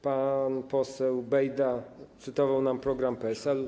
Pan poseł Bejda cytował nam program PSL-u.